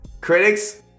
Critics